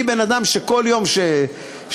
אני בן-אדם שכל יום שבא,